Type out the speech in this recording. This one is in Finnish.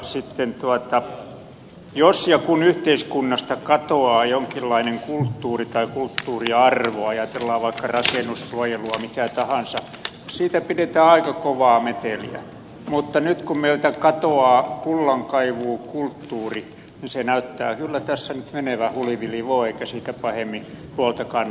sitten jos ja kun yhteiskunnasta katoaa jonkinlainen kulttuuri tai kulttuuriarvo ajatellaan vaikka rakennussuojelua mitä tahansa siitä pidetään aika kovaa meteliä mutta nyt kun meiltä katoaa kullankaivukulttuuri niin se näyttää kyllä tässä nyt menevän hulivilivoi eikä siitä pahemmin huolta kanneta